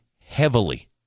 heavily